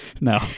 No